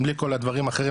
בלי כל הדברים האחרים,